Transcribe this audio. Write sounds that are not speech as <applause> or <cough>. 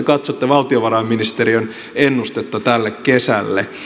<unintelligible> katsotte valtiovarainministeriön ennustetta tälle kesälle